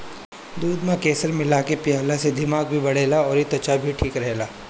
दूध में केसर मिला के पियला से दिमाग बढ़ेला अउरी त्वचा भी ठीक रहेला